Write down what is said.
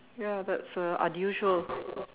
ya that's uh unusual